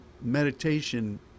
meditation